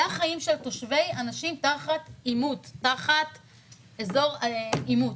זה החיים של אנשים באזור עימות.